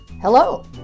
Hello